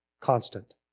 Constant